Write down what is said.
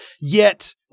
Yet-